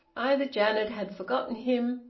either janet had forgotten him,